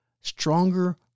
stronger